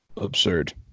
absurd